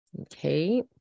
Okay